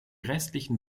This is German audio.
restlichen